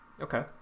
okay